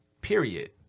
Period